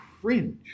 cringe